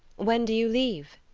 when do you leave?